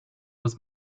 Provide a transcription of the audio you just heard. was